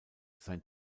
sein